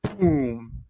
Boom